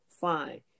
fine